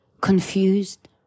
confused